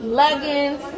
leggings